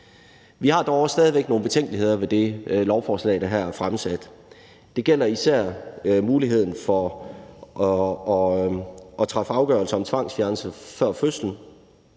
Vi har dog stadig væk også nogle betænkeligheder ved det lovforslag, der her er fremsat. Det gælder især muligheden for at træffe afgørelser om tvangsfjernelse før fødslen.